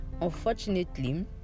unfortunately